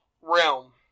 realm